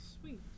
sweet